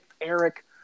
Eric